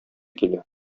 килә